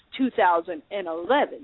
2011